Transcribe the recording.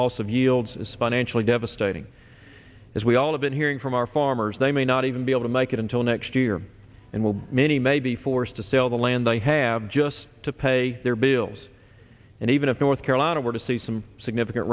is financially devastating as we all have been hearing from our farmers they may not even be able to make it until next year and will be many may be forced to sell the land they have just to pay their bills and even if north carolina were to see some significant